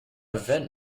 vent